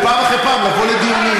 ופעם אחרי פעם לבוא לדיונים.